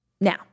Now